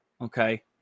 okay